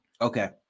Okay